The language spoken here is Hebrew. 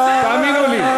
תאמינו לי,